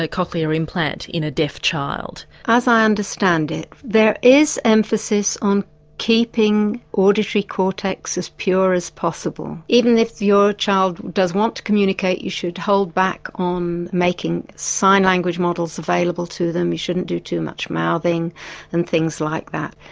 like ah implant in a deaf child? as i understand it there is emphasis on keeping auditory cortex as pure as possible. even if your child does want to communicate, you should hold back on making sign language models available to them, you shouldn't do too much mouthing and things like that.